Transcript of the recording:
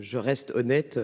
je reste honnête.